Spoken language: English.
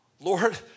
Lord